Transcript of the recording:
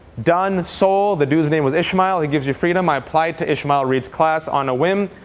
done. sold. the dude's name was ishmael. he gives you freedom. i applied to ishmael reed's class on a whim.